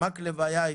מקלב היה איתי.